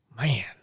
Man